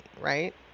right